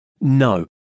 No